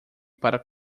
para